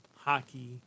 hockey